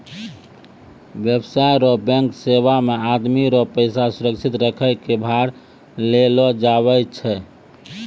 व्यवसाय रो बैंक सेवा मे आदमी रो पैसा सुरक्षित रखै कै भार लेलो जावै छै